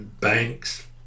banks